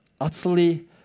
utterly